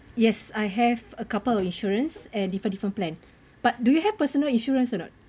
yes I have a couple of insurances and different different plan but do you have personal insurance or not